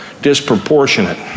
disproportionate